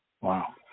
Wow